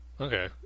Okay